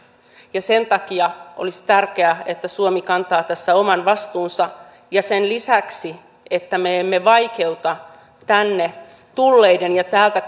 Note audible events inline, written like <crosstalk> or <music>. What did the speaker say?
ja sen takia olisi tärkeää että suomi kantaisi tässä oman vastuunsa sen lisäksi että me emme vaikeuta tänne tulleiden ja täältä <unintelligible>